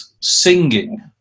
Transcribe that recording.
singing